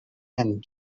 and